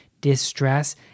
distress